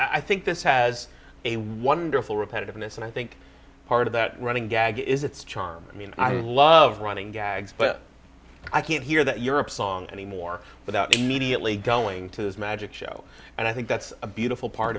i think this has a wonderful repetitiveness and i think part of that running gag is its charm i mean i love running gags but i can't hear that europe's song anymore without immediately going to the magic show and i think that's a beautiful part